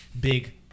big